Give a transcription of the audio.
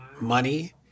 money